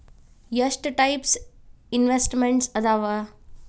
ಎಷ್ಟ types investments ಅದಾವ